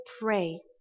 pray